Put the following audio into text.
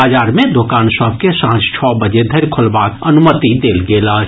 बाजार मे दोकान सभ के सांझ छओ बजे धरि खोलबाक अनुमति देल गेल अछि